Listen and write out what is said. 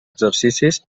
exercicis